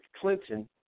Clinton